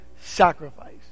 sacrifice